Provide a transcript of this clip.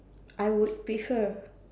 I would prefer